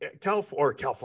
California